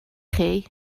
chi